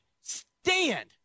stand